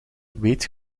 weet